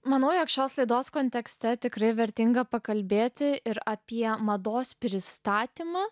manau jog šios raidos kontekste tikrai vertinga pakalbėti ir apie mados pristatymą